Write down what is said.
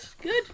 good